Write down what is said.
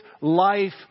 life